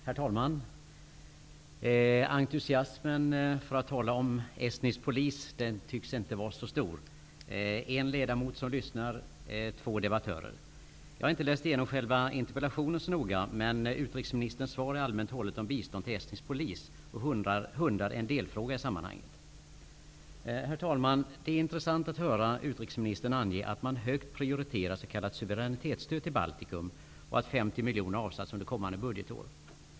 Herr talman! Entusiasmen för att tala om estnisk polis tycks inte vara så stor -- en ledamot som lyssnar, två debattörer. Jag har inte läst igenom själva interpellationen så noga, men utrikesministerns svar är allmänt hållet om bistånd till estnisk polis, och hundar är en delfråga. Herr talman! Det är intressant att höra utrikesministern ange att man högt prioriterar s.k. suveränitetsstöd till Baltikum och att 50 miljoner har avsatts under kommande budgetår.